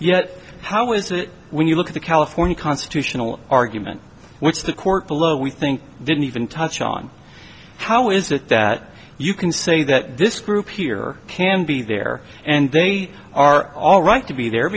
yet how is that when you look at the california constitutional argument which the court below we think didn't even touch on how is it that you can say that this group here can be there and they are all right to be there